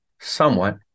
somewhat